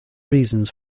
reasons